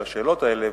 על השאלות האלה,